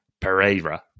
Pereira